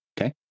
Okay